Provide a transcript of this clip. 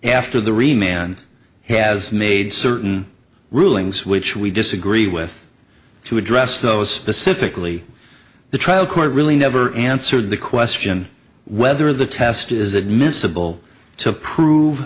after the re man has made certain rulings which we disagree with to address those specifically the trial court really never answered the question whether the test is admissible to prove